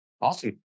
Awesome